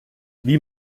wie